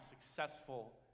successful